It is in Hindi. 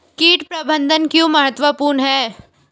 कीट प्रबंधन क्यों महत्वपूर्ण है?